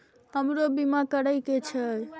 हमरो बीमा करीके छः?